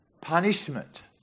Punishment